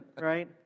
right